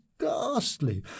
ghastly